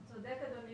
צודק אדוני